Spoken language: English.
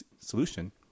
solution